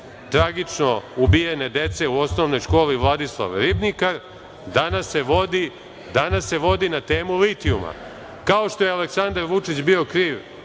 tragično ubijene dece u osnovnoj školi „Vladislav Ribnikar“, danas se vodi na temu litijuma. Dakle, kao što je Aleksandar Vučić bio kriv